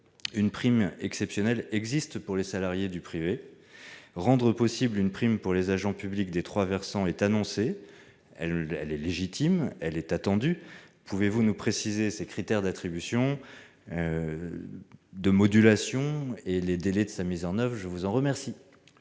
une prime exceptionnelle existe pour les salariés du privé. Une prime pour les agents publics des trois versants est annoncée. Elle est légitime. Elle est attendue. Pouvez-vous nous en préciser les critères d'attribution, les modulations et les délais de mise en oeuvre ? La parole est à M.